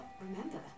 remember